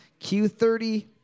Q30